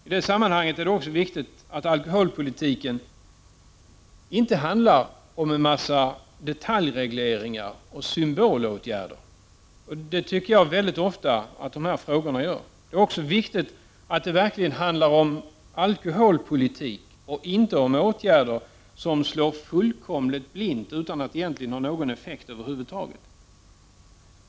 I det sammanhanget är det också viktigt att alkoholpolitiken inte handlar om en massa detaljregleringar och symbolåtgärder. Det tycker jag att dessa frågor ofta gör. Det är också viktigt att det verkligen handlar om alkoholpolitik och inte om åtgärder som slår fullkomligt blint utan att egentligen ha någon effekt över huvud taget.